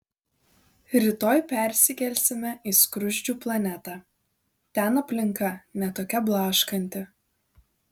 rytoj persikelsime į skruzdžių planetą ten aplinka ne tokia blaškanti